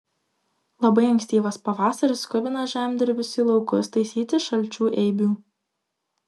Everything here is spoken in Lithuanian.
labai ankstyvas pavasaris skubina žemdirbius į laukus taisyti šalčių eibių